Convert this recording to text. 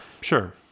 sure